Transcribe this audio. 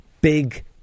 big